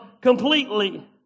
completely